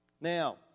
Now